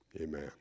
Amen